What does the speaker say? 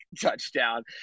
touchdown